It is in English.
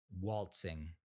waltzing